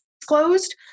disclosed